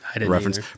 reference